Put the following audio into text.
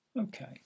Okay